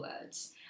words